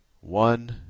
One